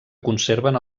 conserven